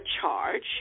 charge